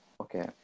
Okay